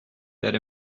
that